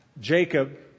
Jacob